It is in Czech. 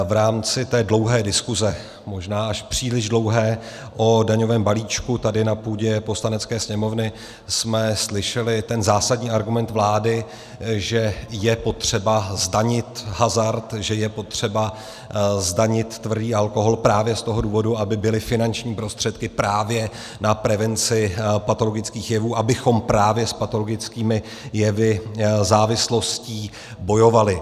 V rámci té dlouhé diskuse, možná až příliš dlouhé, o daňovém balíčku tady na půdě Poslanecké sněmovny jsme slyšeli ten zásadní argument vlády, že je potřeba zdanit hazard, že je potřeba zdanit tvrdý alkohol právě z toho důvodu, aby byly finanční prostředky právě na prevenci patologických jevů, abychom právě s patologickými jevy, závislostí, bojovali.